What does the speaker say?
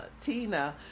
Tina